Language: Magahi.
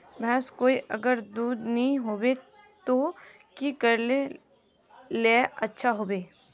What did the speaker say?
भैंस कोई अगर दूध नि होबे तो की करले ले अच्छा होवे?